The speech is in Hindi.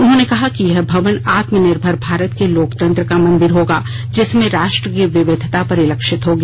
उन्होंने कहा कि यह भवन आत्मनिर्भर भारत के लोकतंत्र का मंदिर होगा जिसमें राष्ट्र की विविधता परिलक्षित होगी